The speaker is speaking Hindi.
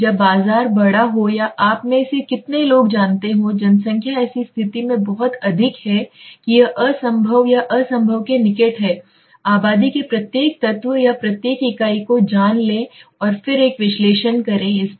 जब बाजार बड़ा हो या आप में से कितने लोग जानते हों जनसंख्या ऐसी स्थिति में बहुत अधिक है कि यह असंभव या असंभव के निकट है आबादी के प्रत्येक तत्व या प्रत्येक इकाई को जान लें और फिर एक विश्लेषण करें इस पर